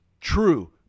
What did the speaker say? True